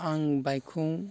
आं बाइकखौ